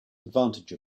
advantage